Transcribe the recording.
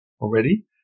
already